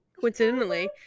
Coincidentally